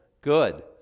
Good